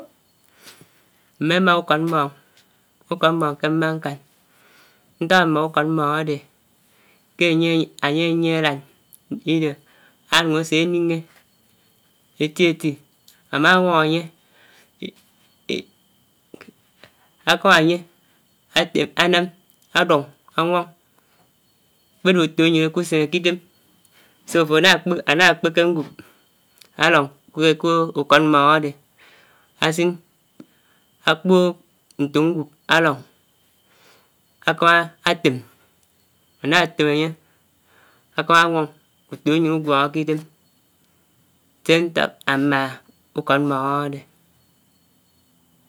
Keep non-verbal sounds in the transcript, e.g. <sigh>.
Mmè mà ukód mmòng, ukòd mmòng kè mmà nkàn. Ntàk ámá ukòd mmòng ádè kè ányè kè ányè ániè ádán ánuk ásè áninghé èti-èti, ámáwung ányè <hesitation> ákámá ányè átèm ánám ádung ánwung kpòdò utuáyén áku sinè k'idèm so àfò ànà kpè, ànà kpèkè ngwub áwung kè ukòd mmòng ádè, ásin ákpòk ntòk ngwub álòng <hesitation> ákámá átèm áná tém ányè ákámà ánwung utuáyén uwòngò k'idèm kè nták ámmáhá ukòd mmòng ádèdè.